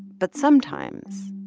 but sometimes,